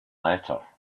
letter